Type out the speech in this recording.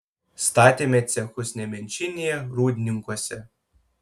statėme cechus nemenčinėje rūdninkuose